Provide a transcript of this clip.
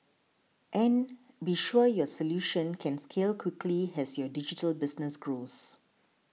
and be sure your solution can scale quickly has your digital business grows